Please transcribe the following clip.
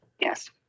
Yes